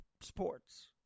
sports